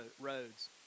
roads